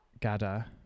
Gada